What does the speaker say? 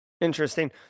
Interesting